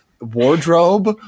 wardrobe